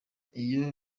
iyo